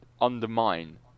undermine